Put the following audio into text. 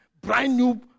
brand-new